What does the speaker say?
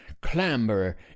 clamber